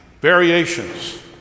Variations